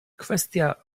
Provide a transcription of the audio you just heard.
kwestia